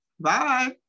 Bye